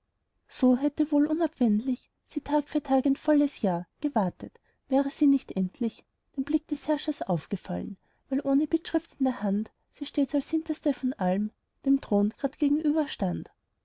so hätte dort wohl unabwendlich sie tag für tag ein volles jahr gewartet wäre sie nicht endlich dem blick des herrschers aufgefallen weil ohne bittschrift in der hand sie stets als hinterste von allen dem thron grad